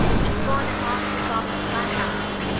we've gone and lost your father's flat, diana,